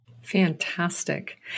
Fantastic